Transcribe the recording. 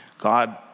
God